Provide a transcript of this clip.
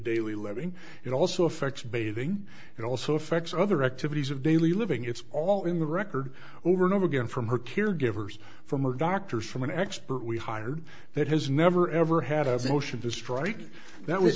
daily living it also affects bathing it also affects other activities of daily living it's all in the record over and over again from her caregivers from her doctors from an expert we hired that has never ever had a motion to strike that was